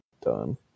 done